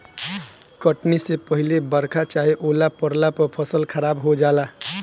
कटनी से पहिले बरखा चाहे ओला पड़ला पर फसल खराब हो जाला